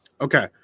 Okay